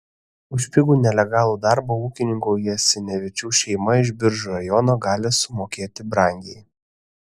už pigų nelegalų darbą ūkininkų jasinevičių šeima iš biržų rajono gali sumokėti brangiai